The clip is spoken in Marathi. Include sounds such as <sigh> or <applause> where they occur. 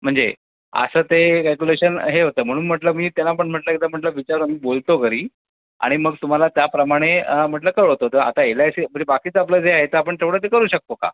म्हणजे असं ते कॅल्क्युलेशन हे होतं म्हणून म्हटलं मी त्यांना पण म्हटलं एकदा म्हटलं विचार <unintelligible> मी बोलतो घरी आणि मग तुम्हाला त्याप्रमाणे म्हटलं कळवतो तर आता एल आय सी म्हणजे बाकीचं आपलं जे आहे तर आपण तेवढं ते करू शकतो का